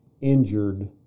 injured